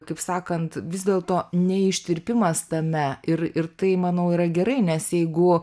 kaip sakant vis dėlto ne ištirpimas tame ir ir tai manau yra gerai nes jeigu